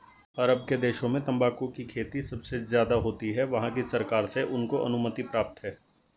अरब के देशों में तंबाकू की खेती सबसे ज्यादा होती है वहाँ की सरकार से उनको अनुमति प्राप्त है